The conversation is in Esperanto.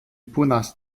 punas